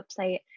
website